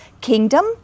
kingdom